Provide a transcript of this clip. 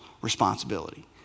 responsibility